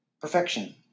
Perfection